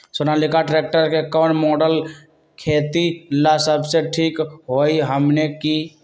Sonalika tractor के कौन model खेती ला सबसे ठीक होई हमने की?